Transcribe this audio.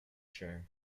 chair